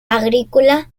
agrícola